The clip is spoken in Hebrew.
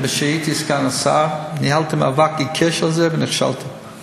כשהייתי סגן השר, ניהלתי מאבק עיקש על זה ונכשלתי.